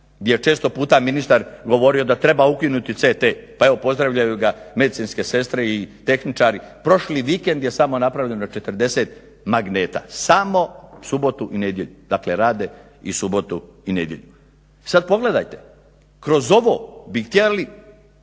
gdje je često puta ministar govorio da treba ukinuti CT, pa evo pozdravljaju ga medicinske sestre i tehničari. Prošli vikend je samo napravljeno 40 magneta, samo subotu i nedjelju. Dakle, rade i subotu i nedjelju. Sad pogledajte, kroz ovo bi htjeli